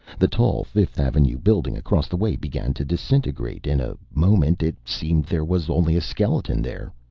the tall fifth avenue building across the way began to disintegrate. in a moment, it seemed, there was only a skeleton there.